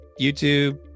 youtube